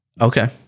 Okay